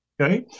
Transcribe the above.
Okay